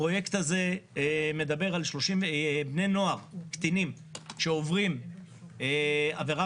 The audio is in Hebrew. הפרויקט הזה מדבר על בני נוער קטינים שעוברים עבירה